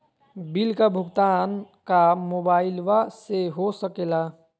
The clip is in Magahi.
बिल का भुगतान का मोबाइलवा से हो सके ला?